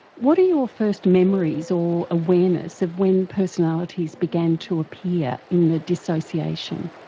what are your first memories or awareness of when personalities began to appear in the dissociation?